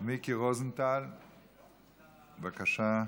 מיקי רוזנטל, בבקשה.